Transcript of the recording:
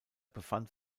befand